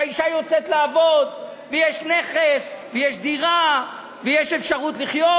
שהאישה יוצאת לעבוד ויש נכס ויש דירה ויש אפשרות לחיות.